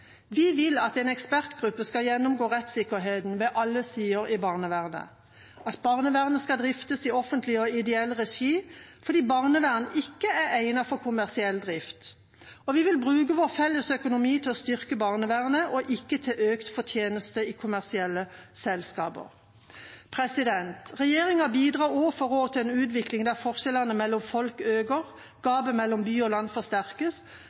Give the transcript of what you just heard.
Vi vil at en ekspertgruppe skal gjennomgå rettssikkerheten ved alle sider i barnevernet, at barnevernet skal driftes i offentlig og ideell regi, fordi barnevern ikke er egnet for kommersiell drift. Og vi vil bruke vår felles økonomi til å styrke barnevernet, ikke til økt fortjeneste i kommersielle selskaper. Regjeringa bidrar år for år til en utvikling der forskjellene mellom folk øker, der gapet mellom by og land forsterkes,